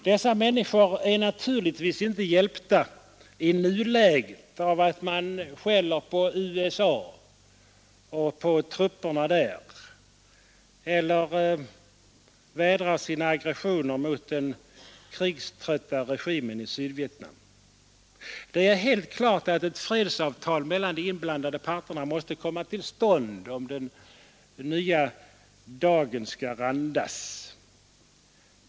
Dessa människor är naturligtvis inte hjälpta i nuläget av att man skäller på USA och på trupperna i landet eller vädrar sina aggressioner mot den krigströtta regimen i Sydvietnam. Det är helt klart att ett fredsavtal mellan de inblandade parterna måste komma till stånd om den nya dagen skall randas.